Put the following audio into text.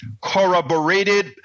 corroborated